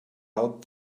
out